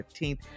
15th